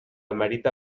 merita